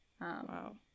wow